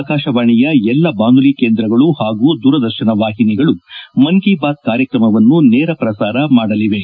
ಆಕಾಶವಾಣಿಯ ಎಲ್ಲಾ ಬಾನುಲಿ ಕೇಂದ್ರಗಳು ಹಾಗೂ ದೂರದರ್ಶನ ವಾಹಿನಿಗಳು ಮನ್ ಕಿ ಬಾತ್ ಕಾರ್ಯಕ್ರಮವನ್ನು ನೇರ ಪ್ರಸಾರ ಮಾಡಲಿವೆ